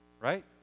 right